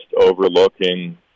overlooking